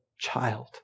child